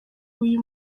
uyu